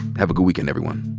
have a good weekend, everyone